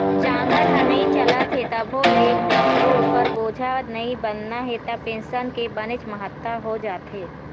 जांगर ह नइ चलत हे तभो ले कखरो उपर बोझा नइ बनना हे त पेंसन के बनेच महत्ता हो जाथे